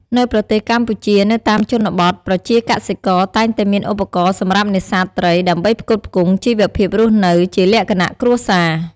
នៅប្រទេសកម្ពុជានៅតាមជនបទប្រជាកសិករតែងតែមានឧបករណ៍សម្រាប់នេសាទត្រីដើម្បីផ្គត់ផ្គង់ជីវភាពរស់នៅជាលក្ខណៈគ្រួសារ